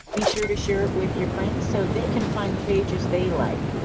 be sure to share it with your friends, so they can find the pages they like.